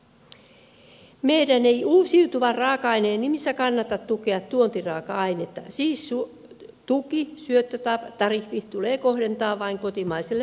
meidän ei uusiutuvan raaka aineen nimissä kannata tukea tuontiraaka ainetta siis tuki syöttötariffi tulee kohdentaa vain kotimaiselle raaka aineelle